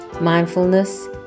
mindfulness